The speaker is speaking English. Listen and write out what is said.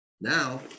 Now